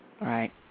right